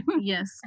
Yes